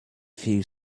few